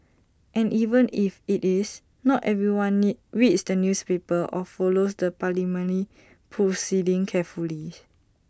and even if IT is not everyone need reads the newspaper or follows the parliament proceedings carefully